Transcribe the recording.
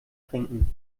trinken